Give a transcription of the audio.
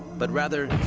but rather,